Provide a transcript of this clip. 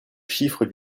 chiffre